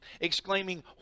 exclaiming